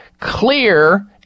Clear